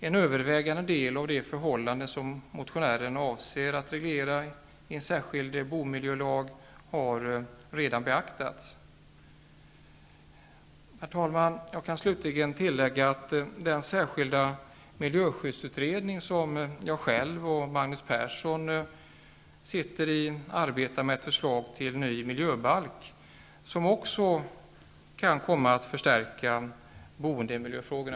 En övervägande del av de förhållanden som motionären avser att reglera i en särskild boendemiljölag har redan beaktats. Herr talman! Jag kan slutligen tillägga att den särskilda miljöskyddsutredningen, som jag själv och Magnus Persson sitter i, arbetar med ett förslag till en ny miljöbalk, som kan komma att förstärka möjligheten att agera i boendemiljöfrågorna.